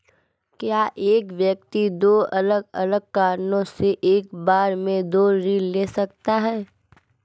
क्या एक व्यक्ति दो अलग अलग कारणों से एक बार में दो ऋण ले सकता है?